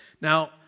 Now